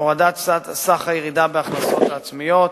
הורדת סך הירידה בהכנסות העצמיות